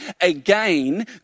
Again